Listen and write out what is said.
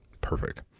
perfect